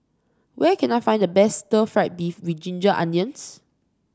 where can I find the best stir fry beef with Ginger Onions